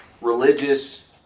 religious